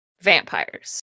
Vampires